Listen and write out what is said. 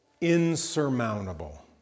insurmountable